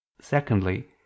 secondly